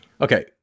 Okay